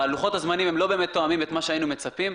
לוחות הזמנים הם לא באמת תואמים את מה שהיינו מצפים.